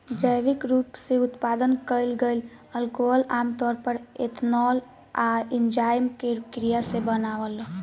जैविक रूप से उत्पादन कईल गईल अल्कोहल आमतौर पर एथनॉल आ एन्जाइम के क्रिया से बनावल